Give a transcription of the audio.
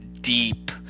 deep